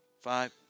five